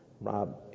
Rob